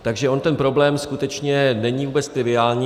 Takže on ten problém skutečně není vůbec triviální.